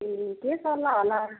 ए के सल्लाह होला